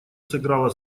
сыграла